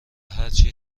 هرچی